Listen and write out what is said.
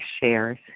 shares